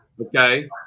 okay